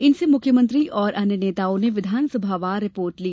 इनसे मुख्यमंत्री और अन्य नेताओं ने विधानसभावार रिपोर्ट ली